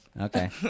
Okay